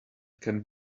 can